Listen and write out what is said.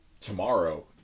tomorrow